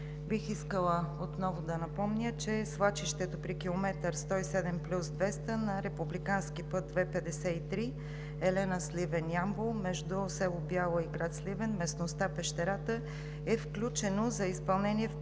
бих искала отново да напомня, че свлачището при км 107+200 на републиканския път II-53 Елена – Сливен – Ямбол между село Бяла и град Сливен в местността „Пещерата“ е включено за изпълнение в